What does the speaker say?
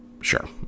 Sure